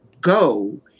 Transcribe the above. Go